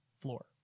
floor